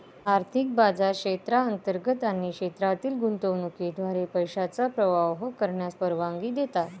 आर्थिक बाजार क्षेत्रांतर्गत आणि क्षेत्रातील गुंतवणुकीद्वारे पैशांचा प्रवाह करण्यास परवानगी देतात